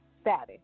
status